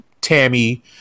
Tammy